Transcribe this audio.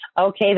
Okay